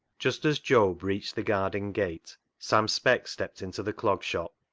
just as job reached the garden gate sam speck stepped into the clog shop.